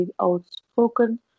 outspoken